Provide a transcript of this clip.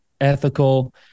ethical